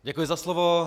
Děkuji za slovo.